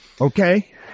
Okay